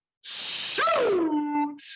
Shoot